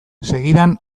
segidan